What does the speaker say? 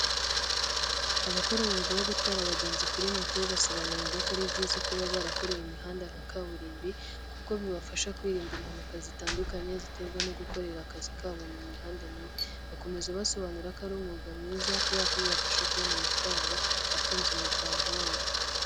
Abakora umwuga wo gutwara abagenzi kuri moto basobanurirwa ko ari byiza kuba barakoreye imihanda nka kaburimbi kuko bibafasha kwirinda impanuka zitandukanye ziterwa no gukorera akazi kabo mu mihanda mibi, bakomeza basobanura ko ari umwuga mwiza kubera ko bibafasha kubona amafaranga atunze umuryango wabo.